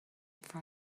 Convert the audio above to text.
for